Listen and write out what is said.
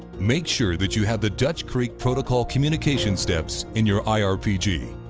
make sure that you had the dutch creek protocol communication steps in your irpg.